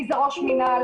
מי זה ראש מינהל.